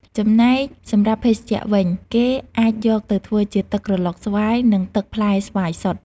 ចំណែកសម្រាប់ភេសជ្ជៈវិញ គេអាចយកទៅធ្វើជា ទឹកក្រឡុកស្វាយ និង ទឹកផ្លែស្វាយសុទ្ធ។